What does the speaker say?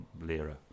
lira